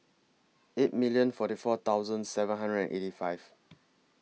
eight million forty four seven hundred and eighty five